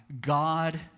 God